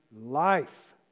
life